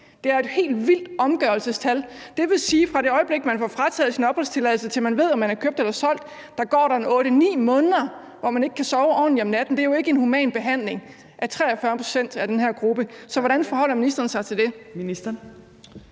Det er en helt vild omgørelsesprocent. Det vil sige, at fra det øjeblik man får frataget sin opholdstilladelse, til man ved, om man er købt eller solgt, går der 8-9 måneder, hvor man ikke kan sove roligt om natten. Det er jo ikke en human behandling af 43 pct. af den her gruppe. Så hvordan forholder ministeren sig til det?